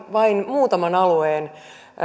vain muutaman alueen